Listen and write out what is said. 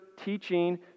teaching